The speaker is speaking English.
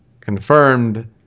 confirmed